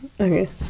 okay